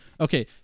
Okay